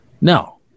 no